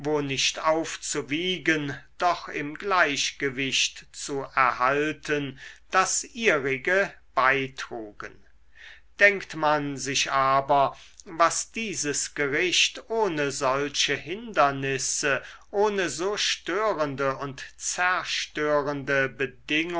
nicht aufzuwiegen doch im gleichgewicht zu erhalten das ihrige beitrugen denkt man sich aber was dieses gericht ohne solche hindernisse ohne so störende und zerstörende bedingungen